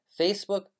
Facebook